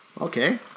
Okay